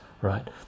right